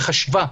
חשיבה,